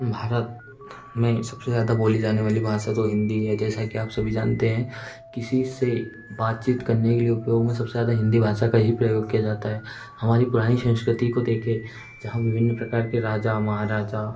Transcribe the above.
भारत में सब से ज़्यादा बोली जाने वाली भाषा तो हिन्दी है जैसा कि आप सभी जानते हैं किसी से बातचीत करने के लिए उपयोग में सब से ज़्यादा हिन्दी भाषा का ही प्रयोग किया जाता है हमारी पुरानी संस्कृति को देखें जहाँ विभिन्न प्रकार के राजा महाराजा